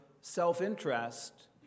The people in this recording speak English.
self-interest